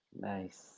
Nice